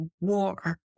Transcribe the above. war